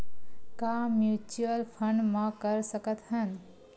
का mutual fund म कर सकत हन?